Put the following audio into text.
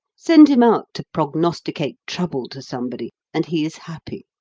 send him out to prognosticate trouble to somebody, and he is happy.